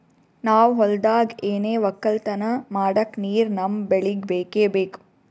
ನಾವ್ ಹೊಲ್ದಾಗ್ ಏನೆ ವಕ್ಕಲತನ ಮಾಡಕ್ ನೀರ್ ನಮ್ ಬೆಳಿಗ್ ಬೇಕೆ ಬೇಕು